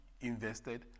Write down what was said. invested